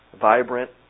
vibrant